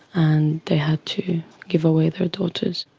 and they had to give away their daughters.